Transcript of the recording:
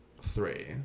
three